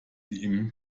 ihm